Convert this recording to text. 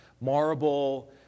marble